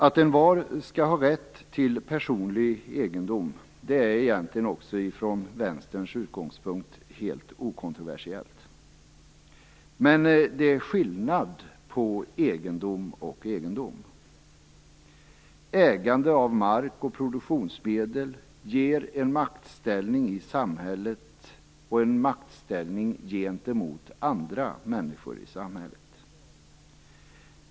Att envar skall ha rätt till personlig egendom är också från Vänsterns utgångspunkt helt okontroversiellt. Men det är skillnad på egendom och egendom. Ägande av mark och produktionsmedel ger en maktställning i samhället och en maktställning gentemot andra människor i samhället.